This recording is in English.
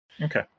Okay